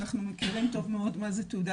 אנחנו מכירים טוב מאוד מה היא תעודה